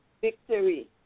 victory